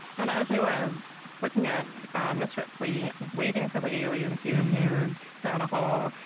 and as i was looking at ms. ripley waiting for the alien to appear down a hall,